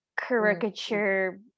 caricature